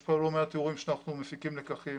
יש פה לא מעט אירועים שאנחנו מפיקים לקחים,